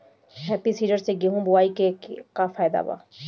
Happy Seeder से गेहूं बोआई के का फायदा बा?